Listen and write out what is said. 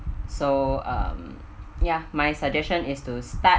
so um ya my suggestion is to start